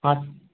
ହଁ